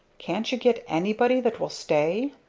can't you get anybody that will stay?